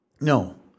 No